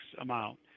amount